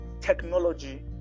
technology